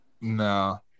No